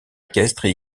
équestres